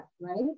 right